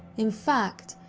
in fact,